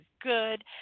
good